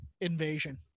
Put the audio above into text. invasion